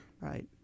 Right